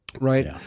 right